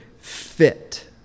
fit